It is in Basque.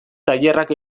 tailerrak